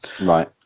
Right